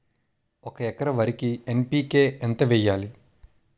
ఒక ఎకర వరికి ఎన్.పి.కే ఎంత వేయాలి?